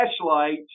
flashlights